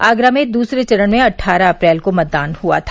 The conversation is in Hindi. आगरा में दूसरे चरण में अट्ठारह अप्रैल को मतदान हुआ था